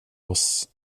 oss